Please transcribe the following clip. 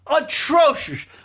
atrocious